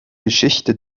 geschichte